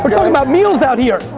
we're talking about meals out here.